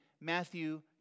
Matthew